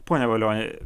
pone valioni